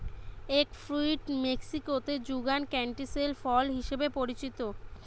egg fruit মেক্সিকোতে যুগান canistel ফল হিসেবে পরিচিত